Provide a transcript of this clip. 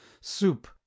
soup